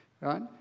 right